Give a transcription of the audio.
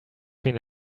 been